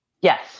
Yes